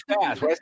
fast